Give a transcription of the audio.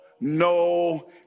no